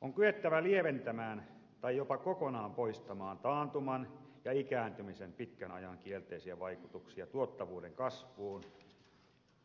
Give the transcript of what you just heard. on kyettävä lieventämään tai jopa kokonaan poistamaan taantuman ja ikääntymisen pitkän ajan kielteisiä vaikutuksia tuottavuuden kasvun